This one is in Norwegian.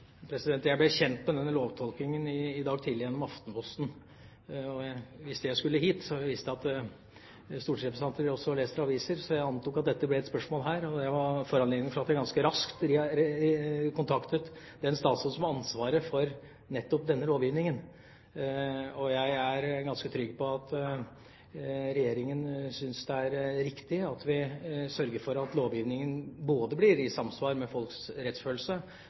Jeg ble kjent med denne lovtolkingen i dag tidlig, gjennom Aftenposten. Jeg visste jeg skulle hit – og jeg vet at også stortingsrepresentanter leser aviser – så jeg antok at dette ville bli et spørsmål her. Det var foranledningen til at jeg ganske raskt kontaktet den statsråden som har ansvaret for nettopp denne lovgivningen. Jeg er ganske trygg på at Regjeringa syns det er riktig at vi sørger for at lovgivningen både blir i samsvar med folks rettsfølelse,